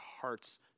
hearts